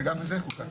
וגם זה חוקק.